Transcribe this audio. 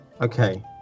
Okay